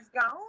gone